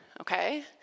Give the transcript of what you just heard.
okay